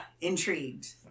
Intrigued